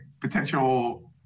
potential